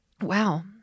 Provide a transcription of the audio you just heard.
Wow